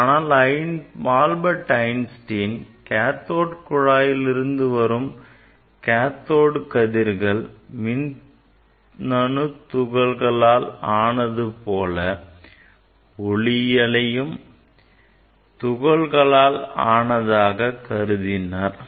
ஆனால் Albert Einstein cathode குழாயிலிருந்து வரும் cathode கதிர்கள் மின்னணு துகள்களால் ஆனது போல ஒளியையும் துகள்களால் ஆனதாக கருதினார்